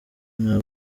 nta